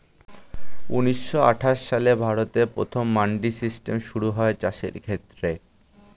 ঊন্নিশো আটাশ সালে ভারতে প্রথম মান্ডি সিস্টেম শুরু হয় চাষের ক্ষেত্রে